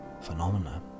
phenomena